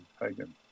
Hagen